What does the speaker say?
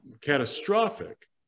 catastrophic